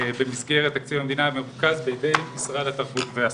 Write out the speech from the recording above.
במסגרת תקציב המדינה המרוכז בידי משרד התרבות והספורט.